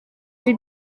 ari